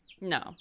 No